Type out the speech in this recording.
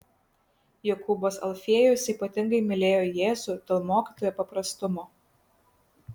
jokūbas alfiejus ypatingai mylėjo jėzų dėl mokytojo paprastumo